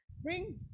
bring